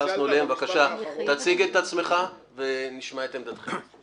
תציג את עצמך ונשמע את עמדתכם.